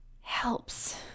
helps